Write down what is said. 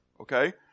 okay